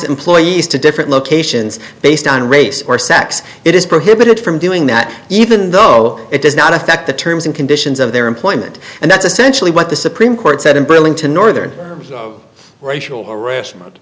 employees to different locations based on race or sex it is prohibited from doing that even though it does not affect the terms and conditions of their employment and that's essentially what the supreme court said in burlington northern racial harassment